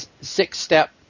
six-step